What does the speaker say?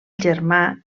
germà